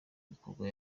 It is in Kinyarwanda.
bikorwa